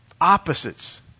opposites